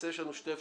היה לנו נוסח